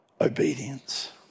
obedience